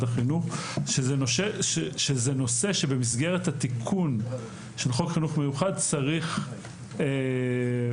החינוך היא שזה נושא שבמסגרת התיקון של חוק חינוך מיוחד צריך לתת